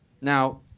Now